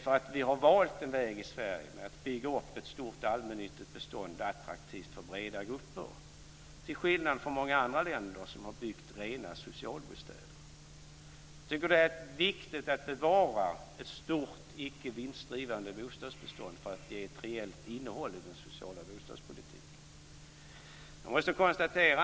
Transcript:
I Sverige har vi valt vägen att bygga upp ett stort allmännyttigt bestånd som är attraktivt för breda grupper; detta till skillnad från många andra länder som har byggt rena socialbostäder. Jag tycker att det är viktigt att bevara ett stort icke vinstdrivande bostadsbestånd för att ge ett reellt innehåll åt den sociala bostadspolitiken.